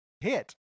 hit